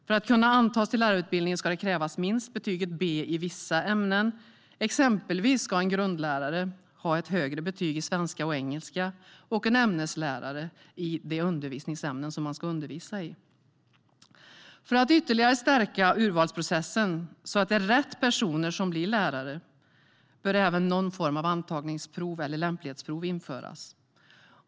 För att kunna antas till lärarutbildningen ska det krävas minst betyget B i vissa ämnen. Exempelvis ska en grundlärare ha ett högre betyg i svenska och engelska och en ämneslärare ett högre betyg i undervisningsämnena. För att ytterligare stärka urvalsprocessen så att det är rätt personer som blir lärare bör även någon form av antagningsprov eller lämplighetsprov införas.